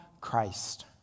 Christ